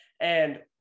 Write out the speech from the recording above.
And-